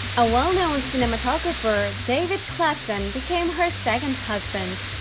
a well-known cinematographer, david claessen became her second husband.